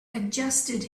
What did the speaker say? adjusted